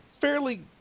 Fairly